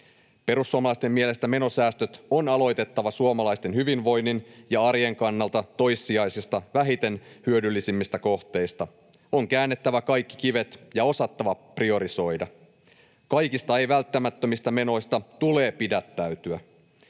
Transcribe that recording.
Perussuomalaisten mielestä menosäästöt on aloitettava suomalaisten hyvinvoinnin ja arjen kannalta toissijaisista, vähiten hyödyllisistä kohteista. On käännettävä kaikki kivet ja osattava priorisoida. Kaikista ei-välttämättömistä menoista tulee pidättäytyä.